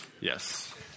Yes